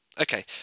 Okay